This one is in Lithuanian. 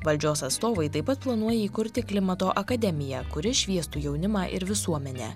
valdžios atstovai taip pat planuoja įkurti klimato akademiją kuri šviestų jaunimą ir visuomenę